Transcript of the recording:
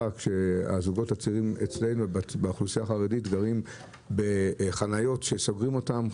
כשהזוגות הצעירים אצלנו באוכלוסייה החרדית גרים בחניות שסוגרים אותם,